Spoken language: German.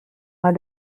mal